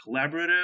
Collaborative